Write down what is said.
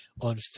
on